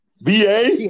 VA